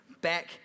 back